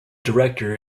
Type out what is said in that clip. director